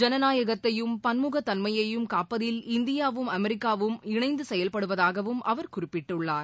ஜனநாயகத்தையும் பன்முகத் தன்மையையும் காப்பதில் இந்தியாவும் அமெரிக்காவும் இணைந்து செயல்படுவதாகவும் அவர் குறிப்பிட்டுள்ளார்